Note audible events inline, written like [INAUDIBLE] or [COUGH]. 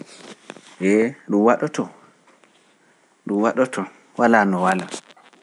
Eh dun wadoto, wala no wala [NOISE]